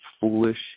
foolish